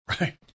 Right